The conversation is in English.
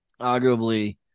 arguably